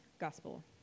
gospel